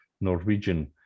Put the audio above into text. Norwegian